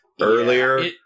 earlier